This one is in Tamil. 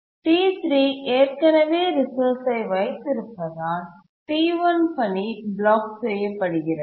T3 ஏற்கனவே ரிசோர்ஸ்ஐ வைத்திருப்பதால் T1 பணி பிளாக் செய்யப்படுகிறது